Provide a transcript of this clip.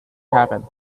happen